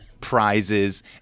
prizes